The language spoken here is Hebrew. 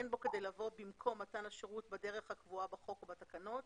אין בו כדי לבוא במקום מתן השירות בדרך הקבועה בחוק או בתקנות